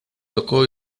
tocó